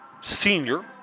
Senior